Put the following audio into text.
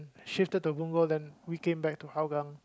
shifted to Punggol then we came back to Hougang